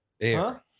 Air